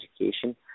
education